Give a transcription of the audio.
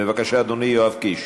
בבקשה, אדוני, יואב קיש.